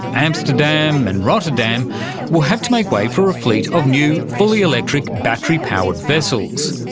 amsterdam and rotterdam will have to make way for a fleet of new, fully-electric, battery-powered vessels.